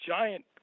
giant